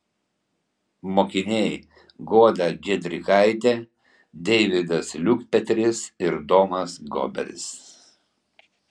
mokiniai goda giedrikaitė deividas liukpetris ir domas goberis